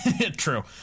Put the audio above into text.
True